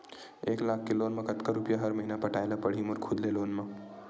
एक लाख के लोन मा कतका रुपिया हर महीना पटाय ला पढ़ही मोर खुद ले लोन मा?